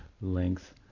length